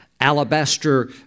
Alabaster